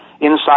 inside